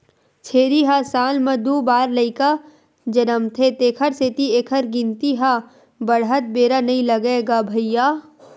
छेरी ह साल म दू बार लइका जनमथे तेखर सेती एखर गिनती ह बाड़हत बेरा नइ लागय गा भइया